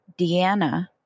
Deanna